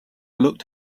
looked